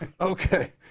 Okay